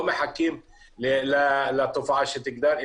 לא מחכים לתופעה שתגדל.